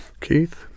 Keith